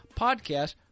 podcast